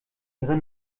ihre